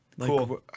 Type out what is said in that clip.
cool